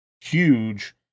huge